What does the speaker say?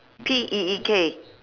P E E K